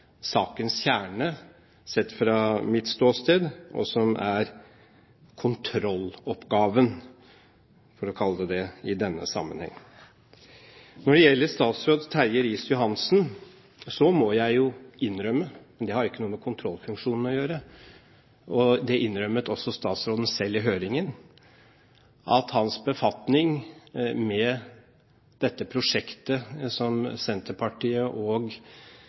sakens kjerne sett fra mitt ståsted, og som er kontrolloppgaven – for å kalle det det – i denne sammenheng. Når det gjelder statsråd Terje Riis-Johansen – det har ikke noe med kontrollfunksjonen å gjøre – innrømmet statsråden selv i høringen at han hadde omtrent ikke noen befatning med dette prosjektet som Senterpartiet og